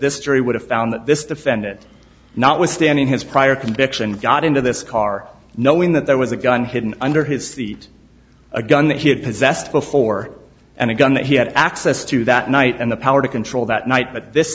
this jury would have found that this defendant notwithstanding his prior conviction got into this car knowing that there was a gun hidden under his the a gun that he had possessed before and a gun that he had access to that night and the power to control that night but this